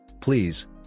Please